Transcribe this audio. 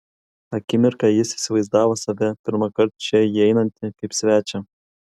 akimirką jis įsivaizdavo save pirmąkart čia įeinantį kaip svečią